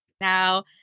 Now